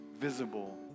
visible